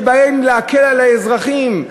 שבאים להקל על האזרחים,